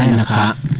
and